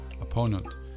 opponent